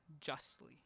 justly